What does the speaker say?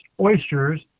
oysters